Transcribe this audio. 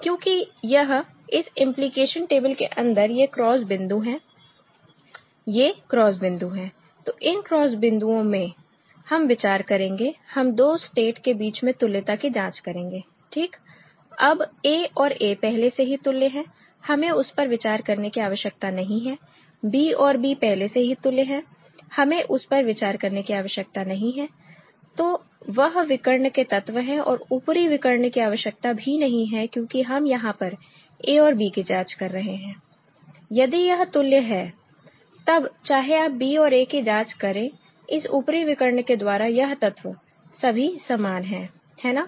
क्योंकि यह इस इंप्लीकेशन टेबल के अंदर ये क्रॉस बिंदु हैं ये क्रॉस बिंदु हैं तो इन क्रॉस बिंदुओं में हम विचार करेंगे हम 2 स्टेट के बीच में तुल्यता की जांच करेंगे ठीक अब a और a पहले से ही तुल्य हैं हमें उस पर विचार करने की आवश्यकता नहीं है b और b पहले से ही तुल्य हैं हमें उस पर विचार करने की आवश्यकता नहीं है तो वह विकर्ण के तत्व है और ऊपरी विकर्ण की आवश्यकता भी नहीं है क्योंकि हम यहां पर a और b की जांच कर रहे हैं यदि यह तुल्य है तब चाहे आप b और a की जांच करें इस ऊपरी विकर्ण के द्वारा यह तत्व सभी समान हैं है ना